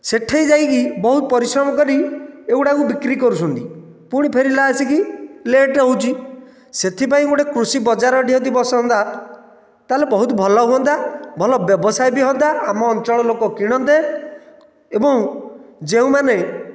ସେଠାରେ ଯାଇକି ବହୁତ ପରିଶ୍ରମ ଏଗୁଡ଼ାକୁ ବିକ୍ରି କରୁଛନ୍ତି ଫୁଣି ଫେରିଲା ଆସିକି ଲେଟ ହେଉଛି ସେଥିପାଇଁ ଗୋଟିଏ କୃଷି ବଜାର ଟିଏ ଯଦି ବସନ୍ତା ତାହେଲେ ବହୁତ ଭଲ ହୁଅନ୍ତା ଭଲ ବ୍ୟବସାୟ ବି ହୁଅନ୍ତା ଆମ ଅଞ୍ଚଳ ଲୋକ କିଣନ୍ତେ ଏବଂ ଯେଉଁମାନେ